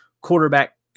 quarterback